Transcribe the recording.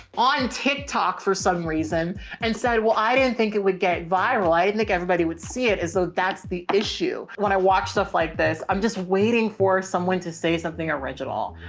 on tit talk for some reason and said, well i didn't think it would get viral. i didn't think everybody would see it as though that's the issue. when i watch stuff like this, i'm just waiting for someone to say something original.